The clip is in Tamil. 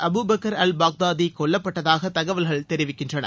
அபு பக்கர் அல் பாக்தாதி கொல்லப்பட்டதாக தகவல்கள் தெரிவிக்கின்றன